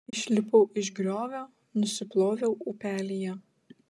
išlipau iš griovio nusiploviau upelyje